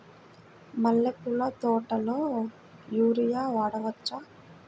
మల్లె పూల తోటలో యూరియా వాడవచ్చా?